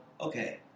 okay